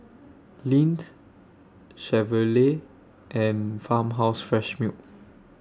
Lindt Chevrolet and Farmhouse Fresh Milk